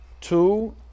Two